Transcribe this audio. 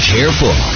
Careful